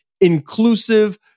inclusive